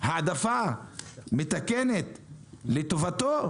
העדפה מתקנת לטובתו?